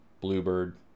Bluebird